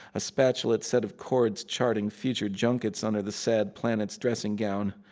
a spatulate set of cords charting future junkets under the sad planet's dressing gown.